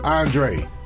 Andre